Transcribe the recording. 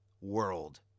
world